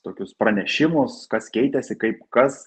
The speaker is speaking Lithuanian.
tokius pranešimus kas keitėsi kaip kas